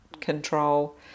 control